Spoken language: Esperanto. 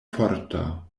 forta